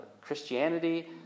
Christianity